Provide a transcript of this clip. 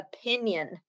opinion